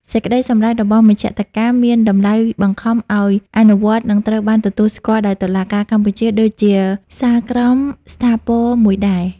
សេចក្តីសម្រេចរបស់មជ្ឈត្តការមានតម្លៃបង្ខំឱ្យអនុវត្ត និងត្រូវបានទទួលស្គាល់ដោយតុលាការកម្ពុជាដូចជាសាលក្រមស្ថាពរមួយដែរ។